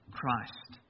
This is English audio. Christ